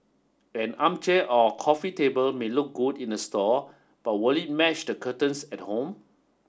an armchair or coffee table may look good in the store but will it match the curtains at home